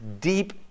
deep